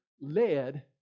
led